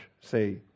say